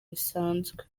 bisanzwe